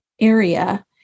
area